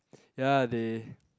ya they